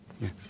Yes